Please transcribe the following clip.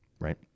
Right